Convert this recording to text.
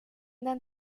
dan